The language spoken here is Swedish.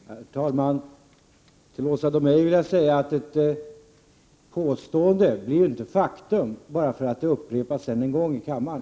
Herr talman! Till Åsa Domeij vill jag säga att ett påstående inte blir ett faktum bara därför att det upprepas ännu en gång här i kammaren.